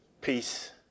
peace